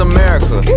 America